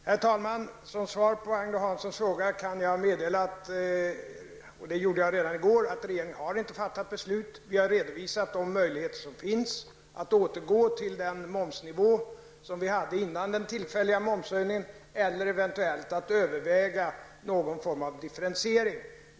Herr talman! Som svar på Agne Hanssons fråga kan jag meddela, och det sade jag för övrigt redan i går, att regeringen inte har fattat något beslut. Vi har redovisat de möjligheter som finns att återgå till den momsnivå som vi hade före den tillfälliga momshöjningen. Eventuellt gäller det också att överväga någon form av differentiering.